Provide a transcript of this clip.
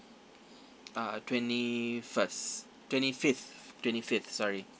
uh twenty first twenty fifth twenty fifth sorry